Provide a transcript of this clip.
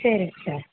சரிங்க சார்